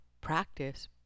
practice